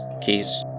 keys